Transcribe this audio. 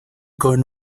con